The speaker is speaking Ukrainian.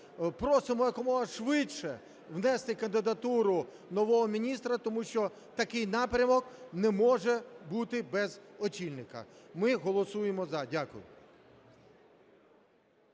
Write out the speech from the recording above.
Просимо якомога швидше внести кандидатуру нового міністра, тому що такий напрямок не може бути без очільника. Ми голосуємо – за. Дякую.